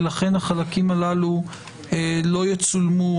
ולכן החלקים הללו לא יצולמו,